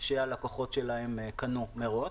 שהלקוחות שלהם קנו מראש.